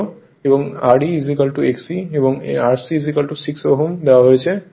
এবং Re Xe এবং Rc 600 Ohm দেওয়া হয়েছে